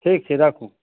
ठीक छै राखू